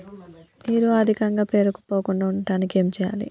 నీరు అధికంగా పేరుకుపోకుండా ఉండటానికి ఏం చేయాలి?